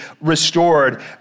restored